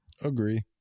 Agree